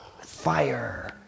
fire